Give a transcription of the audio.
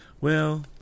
Well